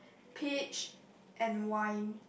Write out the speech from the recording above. peach and wine